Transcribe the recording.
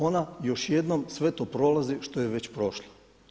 Ona još jednom sve to prolazi sve što je već prošla.